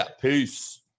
Peace